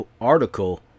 article